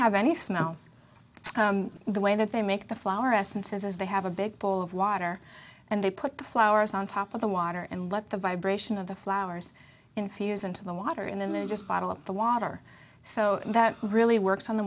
have any smell the way that they make the flower essences as they have a big bowl of water and they put the flowers on top of the water and let the vibration of the flowers infuse into the water in them and just bottle up the water so that really works on the